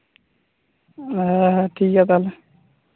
ᱦᱮᱸ ᱴᱷᱤᱠ ᱜᱮᱭᱟ ᱛᱟᱦᱞᱮ